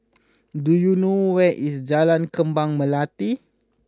do you know where is Jalan Kembang Melati